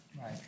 Right